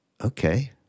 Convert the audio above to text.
okay